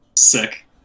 sick